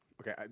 okay